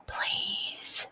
Please